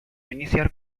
iniciar